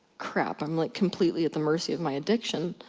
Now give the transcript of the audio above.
crap i'm like, completely at the mercy of my addiction.